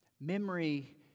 memory